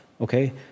okay